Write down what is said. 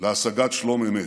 להשגת שלום אמת.